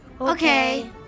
Okay